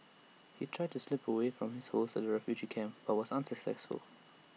he tried to slip away from his hosts at the refugee camp but was unsuccessful